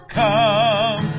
come